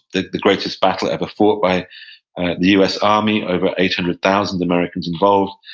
the the greatest battle ever fought by the us army, over eight hundred thousand americans involved.